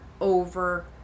over